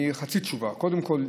קודם כול,